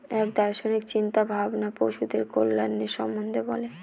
এক দার্শনিক চিন্তা ভাবনা পশুদের কল্যাণের সম্বন্ধে বলে